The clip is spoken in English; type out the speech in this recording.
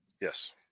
Yes